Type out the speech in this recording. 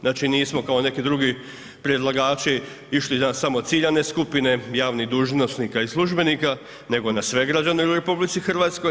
Znači nismo kao neki drugi predlagači išli samo na ciljane skupine, javnih dužnosnika i službenika, nego na sve građane u RH.